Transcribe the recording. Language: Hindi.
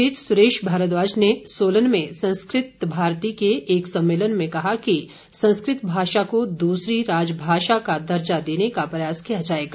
इस बीच सुरेश भारद्वाज ने सोलन में संस्कृत भारती के एक सम्मेलन में कहा कि संस्कृत भाषा को दूसरी राजभाषा का दर्जा देने का प्रयास किया जाएगा